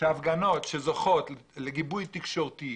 שהפגנות שזוכות לגיבוי תקשורתי,